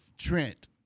trent